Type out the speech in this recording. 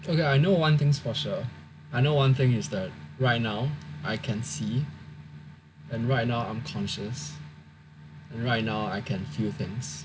okay I know one thing's for sure I know one thing is that right now I can see and right now I'm conscious and right now I can feel things